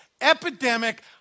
epidemic